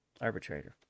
arbitrator